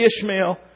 Ishmael